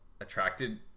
attracted